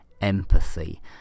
empathy